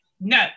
no